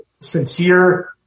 sincere